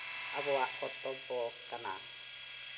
ᱟᱵᱚᱣᱟᱜ ᱠᱚᱨᱛᱚᱵᱽᱵᱚ ᱠᱟᱱᱟ